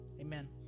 Amen